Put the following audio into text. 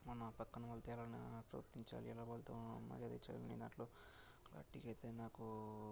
మన పక్కన వాళ్లతో ఎలా ప్రవర్తించాలి ఎలా వాళ్లతో మర్యాదించాలి ఉండింది దాంట్లో కరెక్ట్గా అయితే నాకు